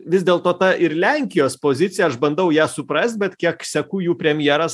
vis dėlto ta ir lenkijos pozicija aš bandau ją suprast bet kiek seku jų premjeras